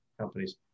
companies